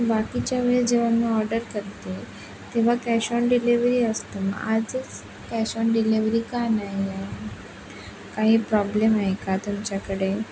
बाकीच्या वेळी जेव्हा मी ऑर्डर करते तेव्हा कॅश ऑन डिलिवरी असते मग आजच कॅश ऑन डिलिवरी का नाही आहे काही प्रॉब्लेम आहे का तुमच्याकडे